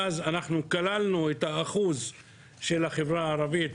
ואז כללנו את אחוז המועמדים מהחברה הערבית.